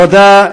תודה.